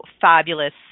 fabulous